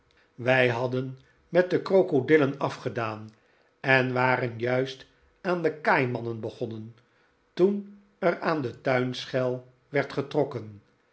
wij hadden met de krokodillen afgedaan en waren juist aan de kaaimannen begonnen toen er aan de tuinschel werd getrokken